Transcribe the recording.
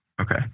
Okay